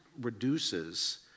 reduces